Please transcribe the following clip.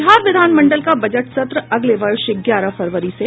बिहार विधानमंडल का बजट सत्र अगले वर्ष ग्यारह फरवरी से